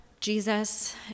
Jesus